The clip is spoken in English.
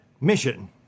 mission